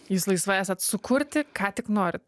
jūs laisva esat sukurti ką tik norit